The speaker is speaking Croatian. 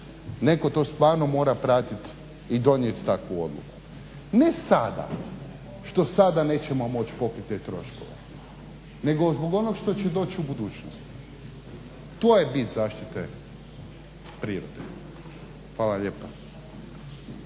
Netko to stvarno mora pratiti i donijeti takvu odluku. Ne sada što sada nećemo moći pokriti te troškove nego zbog onog što će doći u budućnosti. To je bit zaštite prirode. Hvala lijepa.